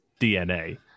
DNA